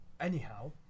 anyhow